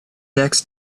next